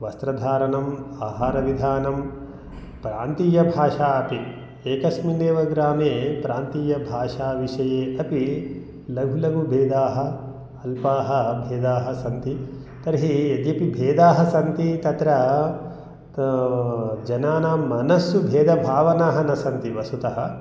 वस्त्रधारणं आहारविधानं प्रान्तीयभाषापि एकस्मिन्नेव ग्रामे प्रान्तीयभाषा विषये अपि लघुलघु भेदाः अल्पाः भेदाः सन्ति तर्हि यद्यपि भेदाः सन्ति तत्र जनानां मनस्सु भेदभावना न सन्ति वस्तुतः